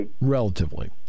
Relatively